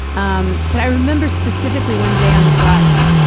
um but i remember specifically one day on the bus